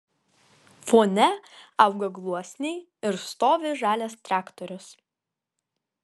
fone auga gluosniai ir stovi žalias traktorius